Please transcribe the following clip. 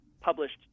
published